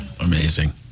amazing